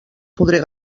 podré